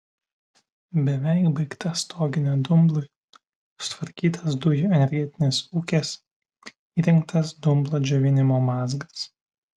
beveik baigta stoginė dumblui sutvarkytas dujų energetinis ūkis įrengtas dumblo džiovinimo mazgas